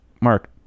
Mark